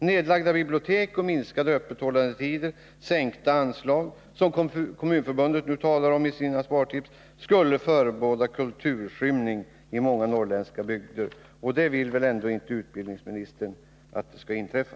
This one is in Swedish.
Nedlagda bibliotek, kortare öppethållandetider och sänkta anslag — som Kommunförbundet nu talar om i sina spartips — skulle förebåda kulturskymning i många norrländska bygder, och det vill väl ändå inte utbildningsministern skall inträffa.